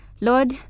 Lord